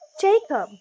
Jacob